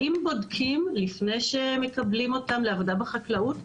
האם בודקים לפני שמקבלים אותם לעבודה בחקלאות,